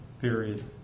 period